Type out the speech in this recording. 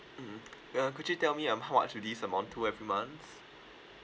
ya uh could you tell me um how much will this amount to every month